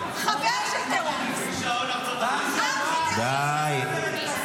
אחמד טיבי הגיש בג"ץ במהלך המלחמה לפגוש את מרואן ברגותי,